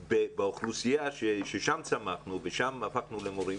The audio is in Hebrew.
באוכלוסייה ששם צמחנו ושם הפכנו למורים,